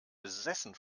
besessen